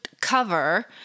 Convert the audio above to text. cover